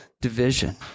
division